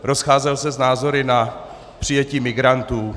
Rozcházel se s názory na přijetí migrantů.